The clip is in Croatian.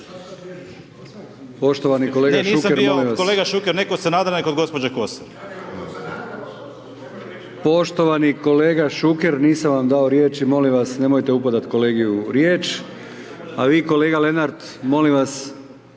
Poštovani kolega Šuker, molim vas./…